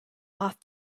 off